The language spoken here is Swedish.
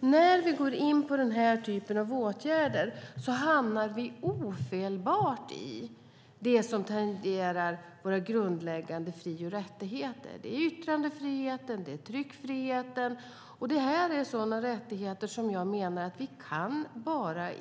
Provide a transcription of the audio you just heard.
När vi går in på den här typen av åtgärder hamnar vi ofelbart i det som tangerar våra grundläggande fri och rättigheter, yttrandefriheten och tryckfriheten. Detta är rättigheter, menar jag, som vi